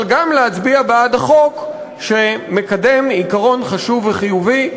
אבל גם להצביע בעד החוק שמקדם עיקרון חשוב וחיובי,